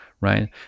right